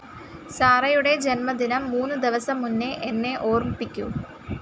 സാറയുടെ ജന്മദിനം മൂന്ന് ദിവസം മുന്നേ എന്നെ ഓർമ്മിപ്പിക്കൂ